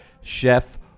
Chef